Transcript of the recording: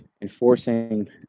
enforcing